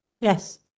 Yes